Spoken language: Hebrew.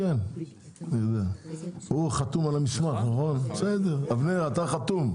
אבנר, אתה חתום.